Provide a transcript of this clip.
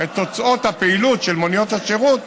את תוצאות הפעילות של מוניות השירות,